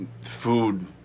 food